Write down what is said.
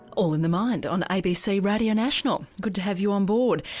all in the mind on abc radio national, good to have you on board,